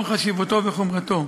לנוכח חשיבותו וחומרתו,